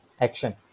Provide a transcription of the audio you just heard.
action